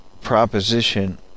proposition